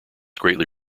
greatly